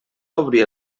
obrir